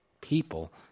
people